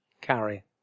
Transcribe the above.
carry